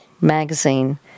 magazine